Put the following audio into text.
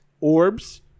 orbs